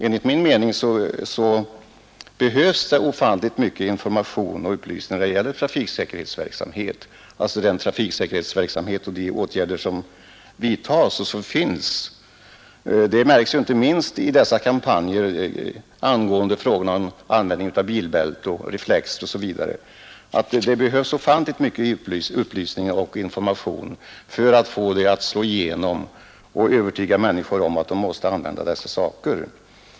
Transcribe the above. Enligt min mening behövs det ofantligt mycket information när det gäller den trafiksäkerhetsverksamhet som bedrivs. Det märks inte minst i dessa kampanjer angående användning av bilbälte, reflexer osv. att det krävs oerhört mycket upplysning för att övertyga människor om att de måste använda dessa saker.